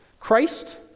Christ